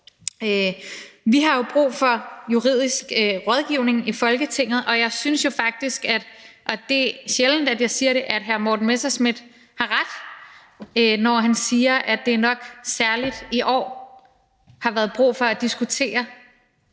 Vi har jo brug for juridisk rådgivning i Folketinget, og jeg synes jo faktisk – og det er sjældent, at jeg siger det – at hr. Morten Messerschmidt har ret, når han siger, at der nok særlig i år har været brug for at diskutere,